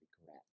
regret